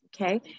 Okay